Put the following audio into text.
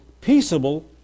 peaceable